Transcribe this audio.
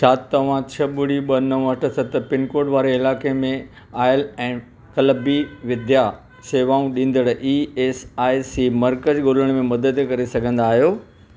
छा तव्हां छह ॿुड़ी ॿ नव अठ सत पिनकोड वारे इलाइक़े में आयल ऐं क़लबी विद्या शेवाऊं ॾींदड़ ई एस आई सी मर्कज़ ॻोल्हण में मदद करे सघंदा आहियो